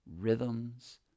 rhythms